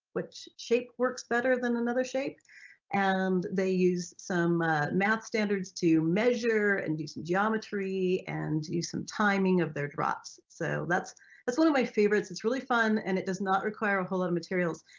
which shape works better than another shape and they use some math standards to measure and do some geometry and use some timing of their drops. so that's that's one of my favorites, it's really fun and it does not require a whole lot of materials.